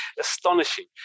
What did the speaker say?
Astonishing